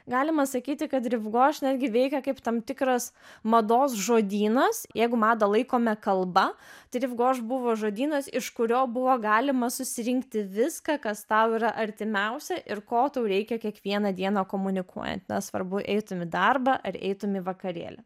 galima sakyti kad riv goš netgi veikė kaip tam tikras mados žodynas jeigu madą laikome kalba tai riv goš buvo žodynas iš kurio buvo galima susirinkti viską kas tau yra artimiausia ir ko tau reikia kiekvieną dieną komunikuojant nesvarbu eitum į darbą ar eitum į vakarėlį